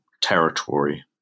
territory